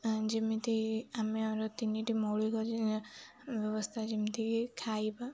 ଯେମିତି ଆମେ ତିନିଟି ମୌଳିକ ବ୍ୟବସ୍ଥା ଯେମିତିକି ଖାଇବା